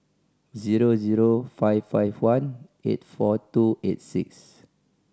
zero zero five five one eight four two eight six